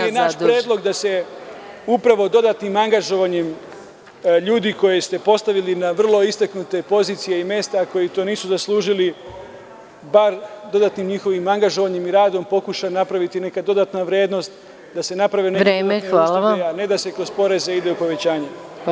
Ali, naš predlog je da se upravo dodatnim angažovanjem ljudi koje ste postavili na vrlo istaknute pozicije i mesta koji to nisu zaslužili, bar dodatnim njihovim angažovanjem i radom, pokuša napraviti neka dodatna vrednost, da se naprave neke dodatne usluge, a ne da se kroz poreze ide u povećanje.